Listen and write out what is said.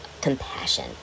compassion